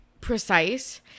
precise